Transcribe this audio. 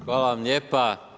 Hvala vam lijepa.